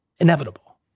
inevitable